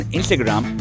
Instagram